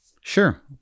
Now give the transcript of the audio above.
Sure